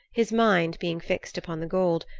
his mind being fixed upon the gold,